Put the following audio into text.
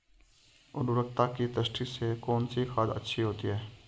उर्वरकता की दृष्टि से कौनसी खाद अच्छी होती है?